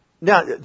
Now